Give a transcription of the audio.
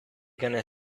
gonna